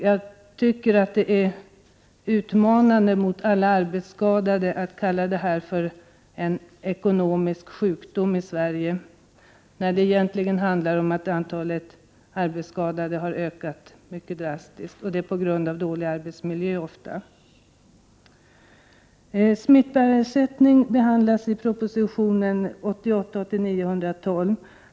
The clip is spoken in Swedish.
Jag tycker att det är utmanande mot alla arbetsskadade att kalla det för en ekonomisk sjukdom i Sverige, när det egentligen handlar om att antalet arbetsskadade har ökat mycket drastiskt, och ofta på grund av dålig arbetsmiljö. Smittbärarersättningen behandlas i proposition 1988/89:112.